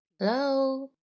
Hello